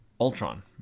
Ultron